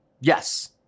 Yes